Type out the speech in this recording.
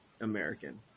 American